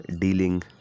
dealing